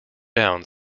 down